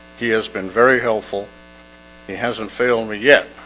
he has been very helpful he hasn't failed me yet.